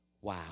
Wow